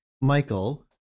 Michael